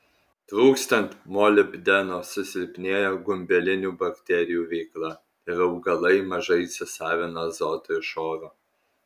trūkstant molibdeno susilpnėja gumbelinių bakterijų veikla ir augalai mažai įsisavina azoto iš oro